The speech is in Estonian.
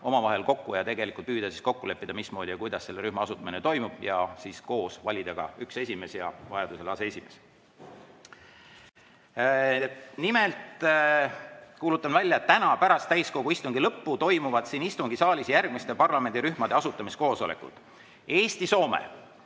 omavahel kokku, püüda kokku leppida, mismoodi ja kuidas selle rühma asutamine toimub, ja siis koos valida ka ühe esimehe ja vajaduse korral aseesimehe. Kuulutan välja, et täna pärast täiskogu istungi lõppu toimuvad siin istungisaalis järgmiste parlamendirühmade asutamiskoosolekud: Eesti-Soome,